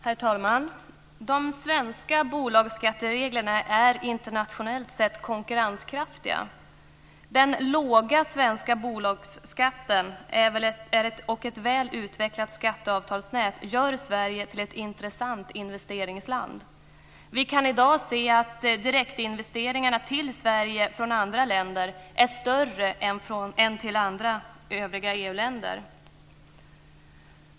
Herr talman! De svenska bolagsskattereglerna är internationellt sett konkurrenskraftiga. Den låga svenska bolagsskatten och ett väl utvecklat skatteavtalsnät gör Sverige till ett intressant investeringsland. Vi kan i dag se att direktinvesteringarna till Sverige från andra länder är större än till övriga EU-länder.